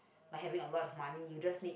like having a lot of money you just need